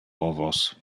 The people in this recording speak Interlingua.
ovos